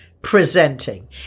presenting